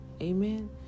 Amen